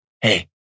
hey